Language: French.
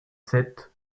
sept